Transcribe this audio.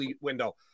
window